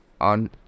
on